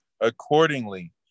Accordingly